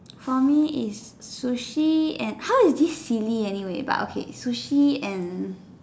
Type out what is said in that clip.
for me is sushi and how is this silly anyway but okay sushi and